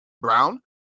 Brown